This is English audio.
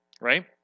right